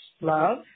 love